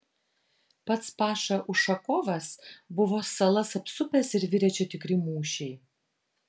pats paša ušakovas buvo salas apsupęs ir virė čia tikri mūšiai